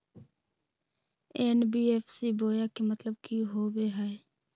NBFC बोया के मतलब कि होवे हय?